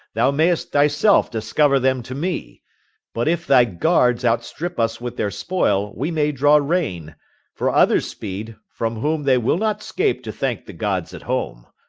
thou mayest thyself discover them to me but if thy guards outstrip us with their spoil, we may draw rein for others speed, from whom they will not scape to thank the gods at home.